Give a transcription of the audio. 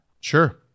Sure